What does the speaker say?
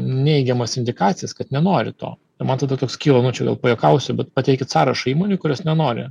neigiamas indikacijas kad nenori to ir man tada toks kyla nu čia gal pajuokausiu bet pateikit sąrašą įmonių kurios nenori